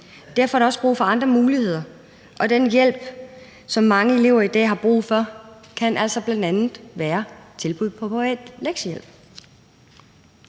Derfor er der også brug for andre muligheder, og den hjælp, som mange elever i dag har brug for, kan altså bl.a. være tilbud om privat lektiehjælp.